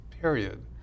period